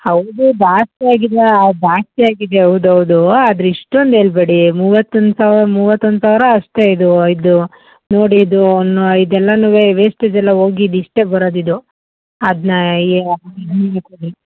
ಹೌದು ಜಾಸ್ತಿ ಆಗಿಲ್ಲಾ ಜಾಸ್ತಿ ಆಗಿದೆ ಹೌದ್ ಹೌದು ಆದರೆ ಇಷ್ಟೊಂದು ಹೇಳ್ಬೇಡಿ ಮೂವತ್ತೊಂದು ಸಾವಿರ ಮೂವತ್ತೊಂದು ಸಾವಿರ ಅಷ್ಟೆ ಇದು ಇದು ನೋಡಿ ಇದು ಒಂದು ಇದೆಲ್ಲಾನುವೆ ವೇಸ್ಟೇಜ್ ಎಲ್ಲ ಹೋಗಿ ಇದು ಇಷ್ಟೇ ಬರದು ಇದು ಅದನ್ನ ಈಗ ಕಮ್ಮಿಗೆ ಕೊಡಿ